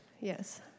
Yes